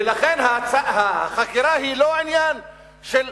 ולכן החקירה היא לא עניין של חבר'ה,